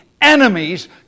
enemies